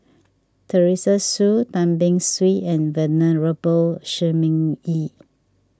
Teresa Hsu Tan Beng Swee and Venerable Shi Ming Yi